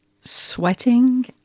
sweating